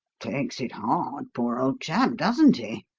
takes it hard, poor old chap, doesn't he?